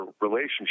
relationship